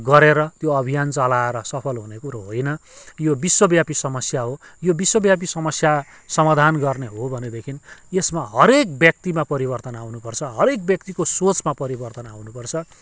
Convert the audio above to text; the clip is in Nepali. गरेर त्यो अभियान चलाएर सफल हुने कुरो होइन यो विश्वव्यापी समस्या हो यो विश्वव्यापी समस्या समाधान गर्ने हो भनेदेखि यसमा हरेक व्यक्तिमा परिवर्तन आउनुपर्छ हरेक व्यक्तिको सोचमा परिवर्तन आउनुपर्छ